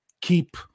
keep